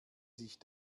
sich